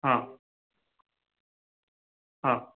हां हां